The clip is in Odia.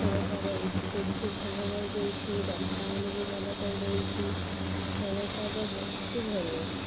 ସରକାର ଇସ୍କୁଲକୁ ଭଲ କରିଦେଉଛି ରାସ୍ତାମାନଙ୍କୁ ଭଲ କରିଦେଉଛି ସରକାର ବହୁତ ଭଲ